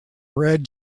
red